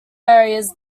areas